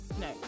no